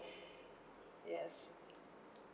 yes